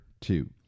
two